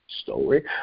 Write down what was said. story